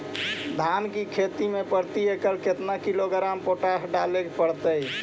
धान की खेती में प्रति एकड़ केतना किलोग्राम पोटास डाले पड़तई?